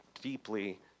deeply